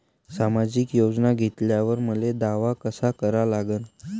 सामाजिक योजना घेतल्यावर मले दावा कसा करा लागन?